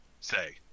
say